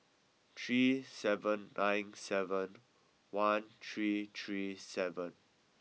three seven nine seven one three three seven